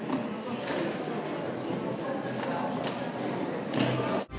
Hvala.